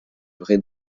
vrais